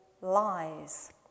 lies